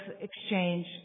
exchange